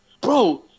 Bro